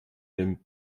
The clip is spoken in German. dem